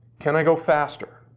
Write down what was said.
can i go faster?